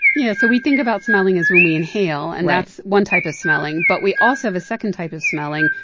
yeah. so we think about smelling as when we inhale right and that's one type of smelling. but we also have a second type of smelling,